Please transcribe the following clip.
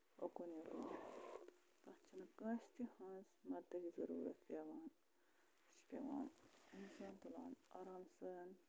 اُکُن تتھ چھنہٕ کٲنٛسہِ تہِ ہٕنٛز مَدتٕچ ضروٗرَت پٮ۪وان پٮ۪وان اِنسان تُلان آرام سان